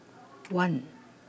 one